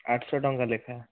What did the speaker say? ଆଠଶହ ଟଙ୍କା ଲେଖାଏଁ